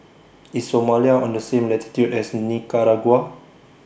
IS Somalia on The same latitude as Nicaragua